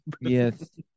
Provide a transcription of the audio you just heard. Yes